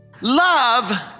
Love